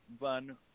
Van